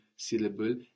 syllable